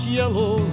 yellow